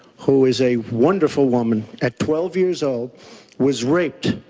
who is a wonderful woman at twelve years old was raped.